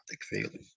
feeling